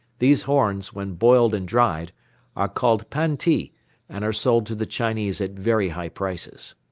these horns, when boiled and dried, are called panti and are sold to the chinese at very high prices.